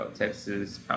Texas